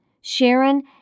Sharon